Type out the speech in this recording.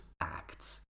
acts